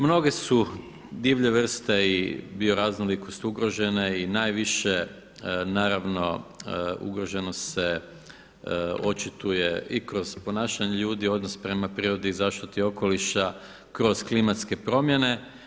Mnoge su divlje vrste i bioraznolikost ugrožene i najviše naravno ugroženost se očituje i kroz ponašanje ljudi, odnos prema prirodi i zaštiti okoliša, kroz klimatske promjene.